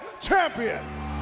champion